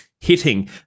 Hitting